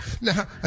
Now